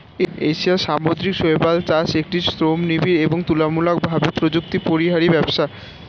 এশিয়ার সামুদ্রিক শৈবাল চাষ একটি শ্রমনিবিড় এবং তুলনামূলকভাবে প্রযুক্তিপরিহারী ব্যবসা